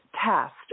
test